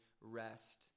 rest